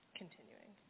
continuing